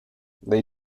they